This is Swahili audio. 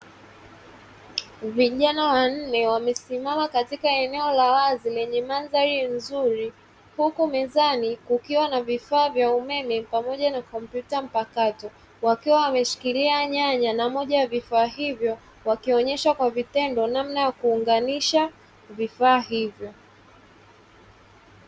Vijana wanne, wamesimama katika eneo la wazi lenye mandhari nzuri. Huku mezani kukiwa na vifaa vya umeme pamoja na kompyuta mpakato. Wakiwa wameshikilia nyanya na moja ya vifaa hivyo, wakionyesha kwa vitendo namna ya kuunganisha vifaa hivyo.